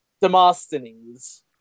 Demosthenes